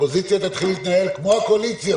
שהאופוזיציה תתחיל להתנהל כמו הקואליציה,